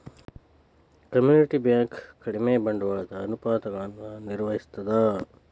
community bank ಕಡಿಮಿ ಬಂಡವಾಳದ ಅನುಪಾತಗಳನ್ನ ನಿರ್ವಹಿಸ್ತದ